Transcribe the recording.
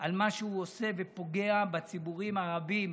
על מה שהוא עושה ופוגע בציבורים הרבים